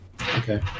Okay